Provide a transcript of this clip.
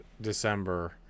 December